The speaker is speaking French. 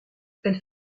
elle